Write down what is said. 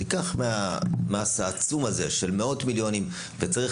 תיקח מהמס העצום הזה של מאות מיליונים וצריך